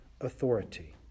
authority